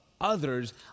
others